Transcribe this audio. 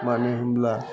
मानो होमब्ला